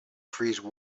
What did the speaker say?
freeze